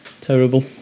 terrible